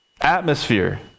atmosphere